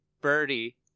birdie